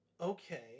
Okay